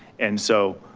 and so